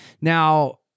Now